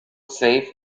save